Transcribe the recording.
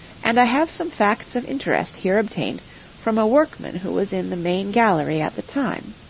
and i have some facts of interest here obtained from a workman who was in the main gallery at the time.